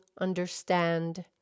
understand